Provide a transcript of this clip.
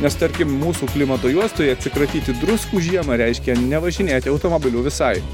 nes tarkim mūsų klimato juostoje atsikratyti druskų žiemą reiškia nevažinėti automobiliu visai